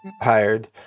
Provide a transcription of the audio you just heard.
hired